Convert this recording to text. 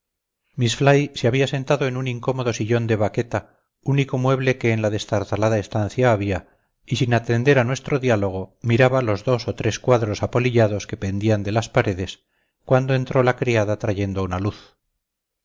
fly se había sentado en un incómodo sillón de vaqueta único mueble que en la destartalada estancia había y sin atender a nuestro diálogo miraba los dos o tres cuadros apolillados que pendían de las paredes cuando entró la criada trayendo una luz